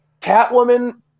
Catwoman